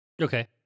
okay